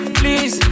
please